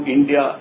India